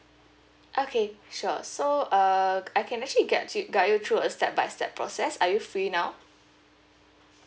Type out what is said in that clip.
okay sure so uh I can actually get to guide you through a step by step process are you free now